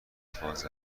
فاز